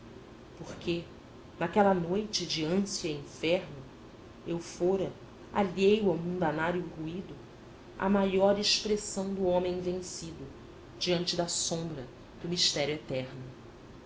porque naquela noite de ânsia e inferno eu fora alheio ao mundanário ruído a maior expressão do homem vencido diante da sombra do mistério eterno